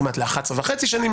לכמעט 11 וחצי שנים,